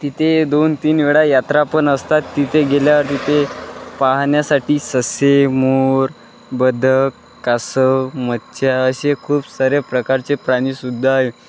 तिथे दोन तीन वेळा यात्रा पण असतात तिथे गेल्यावर तिथे पाहण्यासाठी ससे मोर बदक कासव मच्छ्या असे खूप सारे प्रकारचे प्राणी सुद्धा आहे